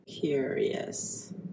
Curious